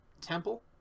Temple